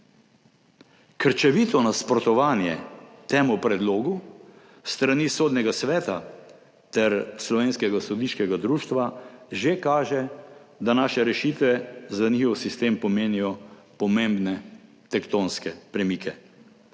Krčevito nasprotovanje temu predlogu s strani Sodnega sveta ter Slovenskega sodniškega društva že kaže, da naše rešitve za njihov sistem pomenijo pomembne, tektonske premike.